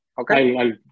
okay